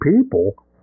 people